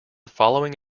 following